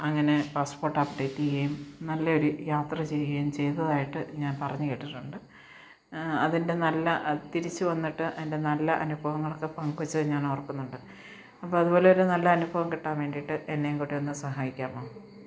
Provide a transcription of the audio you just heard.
അങ്ങനെ പാസ്പ്പോട്ട് അപ്ഡേറ്റെയ്യേം നല്ല ഒരു യാത്ര ചെയ്യുകയും ചെയ്തതായിട്ട് ഞാൻ പറഞ്ഞുകേട്ടിട്ടുണ്ട് അതിന്റെ നല്ല തിരിച്ച് വന്നിട്ട് അതിന്റെ നല്ല അനുഭവങ്ങളൊക്കെ പങ്കുവച്ചത് ഞാനോർക്കുന്നുണ്ട് അപ്പോള് അതുപോലൊരു നല്ലനുഭവം കിട്ടാൻ വേണ്ടിയിട്ട് എന്നെയും കൂടെയൊന്ന് സഹായിക്കാമോ